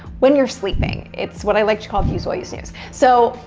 when you're sleeping. it's what i like to call views while you snooze. so,